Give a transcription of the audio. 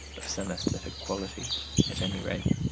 of some aesthetic quality at any rate.